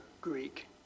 Greek